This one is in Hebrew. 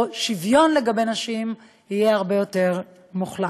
או שוויון לגבי נשים, יהיה הרבה יותר, מוחלט.